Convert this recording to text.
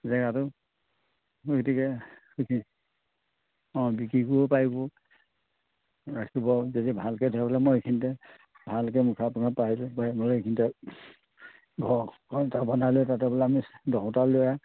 জেগাতো গতিকে বিক্ৰী অঁ বিক্ৰী কৰিব পাৰিব ৰাখিব যদি ভালকৈ তেওঁ মই বোলে এইখিনিতে